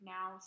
Now